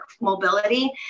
mobility